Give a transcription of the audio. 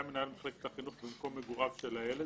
מנהל מחלקת החינוך במקום מגוריו של הילד,